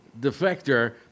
defector